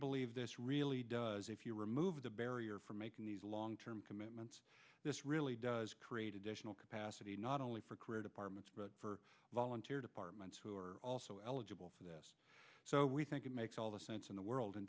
believe this really does if you remove the barrier for making these long term commitments this really does create additional capacity not only for career departments but for volunteer departments who are also eligible for this so we think it makes all the sense in the world in